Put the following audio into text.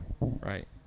Right